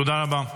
תודה רבה.